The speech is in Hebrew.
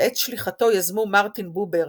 שאת שליחתו יזמו מרטין בובר